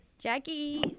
Jackie